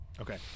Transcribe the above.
okay